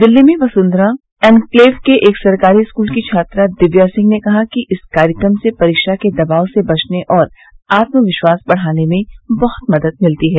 दिल्ली में वसुन्धरा एन्कलेव के एक सरकारी स्कूल की छात्रा दिव्या सिंह ने कहा कि इस कार्यक्रम से परीक्षा के दबाव से बचने और आत्मविश्वास बढ़ाने में बहुत मदद मिलती है